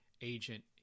agent